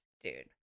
dude